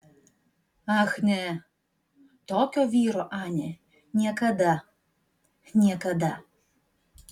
ach ne tokio vyro anė niekada niekada